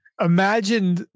Imagine